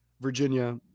Virginia